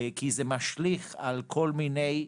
כי זה משליך על כל מיני